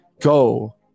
go